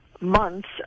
months